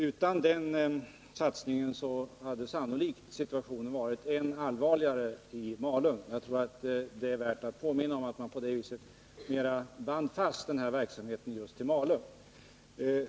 Utan den satsningen hade situationen i Malung sannolikt varit än allvarligare. Jag tror att det är värt att påminna om att man genom denna åtgärd band den här verksamheten till Malung.